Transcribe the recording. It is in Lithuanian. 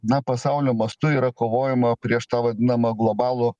na pasaulio mastu yra kovojama prieš tą vadinamą globalų